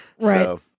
Right